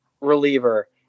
reliever